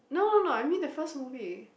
no no no I mean the first movie